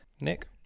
nick